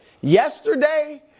yesterday